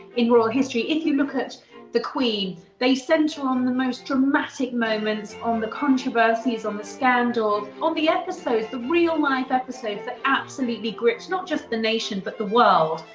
in royal history, if you look at the queen, they center on the most dramatic moments, on the controversies, on the standoffs, on the episodes, the real life episodes that absolutely gripped, not just the nation, but the world.